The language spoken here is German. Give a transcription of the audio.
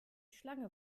schlange